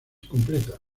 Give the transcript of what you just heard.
completa